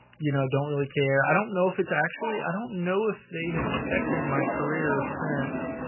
you know, don't really care i don't know if it's actually i don't know if they have affected my career since